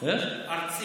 לא.